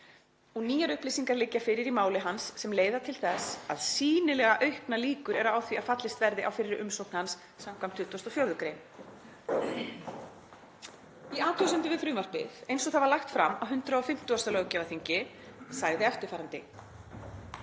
og nýjar upplýsingar liggja fyrir í máli hans sem leiða til þess að sýnilega auknar líkur eru á því að fallist verði á fyrri umsókn hans skv. 24. gr.“ Í athugasemdum við frumvarpið eins og það var lagt fram á 150. löggjafarþingi sagði eftirfarandi:“